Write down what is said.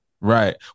right